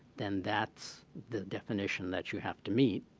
then that's the definition that you have to meet